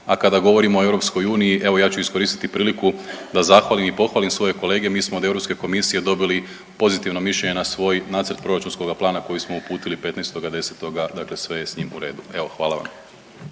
a kada govorimo o EU evo ja ću iskoristiti priliku da zahvalim i pohvalim svoje kolege. Mi smo od Europske komisije dobili pozitivno mišljenje na svoj nacrt proračunskoga plana koji smo uputili 15.10., dakle sve je s njim u redu. Evo hvala vam.